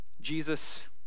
Jesus